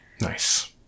Nice